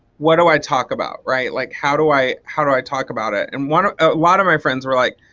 what do i talk about right like how do i how do i talk about it? and ah a lot of my friends were like,